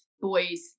boys